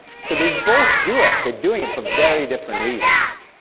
so they both do it, they're doing it for very different reasons.